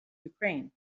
ukraine